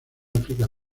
áfrica